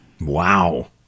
Wow